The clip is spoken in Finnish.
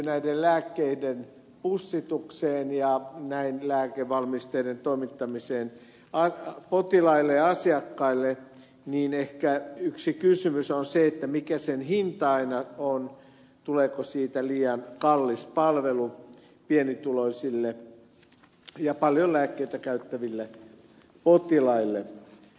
näiden lääkkeiden pussitukseen ja näin lääkevalmisteiden toimittamiseen potilaille ja asiakkaille ehkä liittyvä yksi kysymys on se mikä sen hinta aina on tuleeko siitä liian kallis palvelu pienituloisille ja paljon lääkkeitä käyttäville potilaille